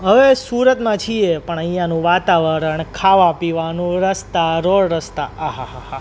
હવે સુરતમાં છીએ પણ અહીંયાનું વાતાવરણ ખાવા પીવાનું રસ્તા રોડ રસ્તા આહાહાહા